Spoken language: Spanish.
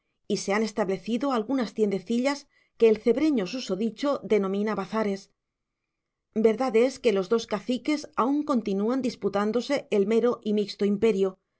y se han establecido algunas tiendecillas que el cebreño susodicho denomina bazares verdad es que los dos caciques aún continúan disputándose el mero y mixto imperio